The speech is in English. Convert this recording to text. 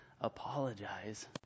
apologize